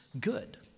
good